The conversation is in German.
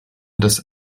des